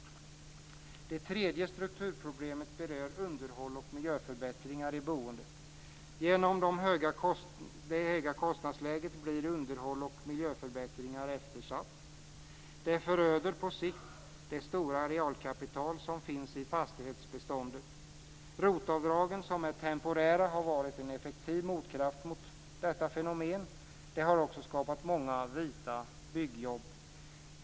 Det tredje strukturproblemet berör underhåll och miljöförbättringar i boendet. Genom det höga kostnadsläget blir underhåll och miljöförbättringar eftersatta. Det föröder på sikt det stora realkapital som finns i fastighetsbeståndet. ROT-avdragen, som är temporära, har varit en effektiv motkraft mot detta fenomen. Det har också skapat många "vita" byggjobb.